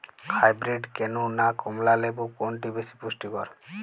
Hybrid kinnow না কমলা লেবু কোনটি বেশি পুষ্টিকর?